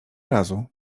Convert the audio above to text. razu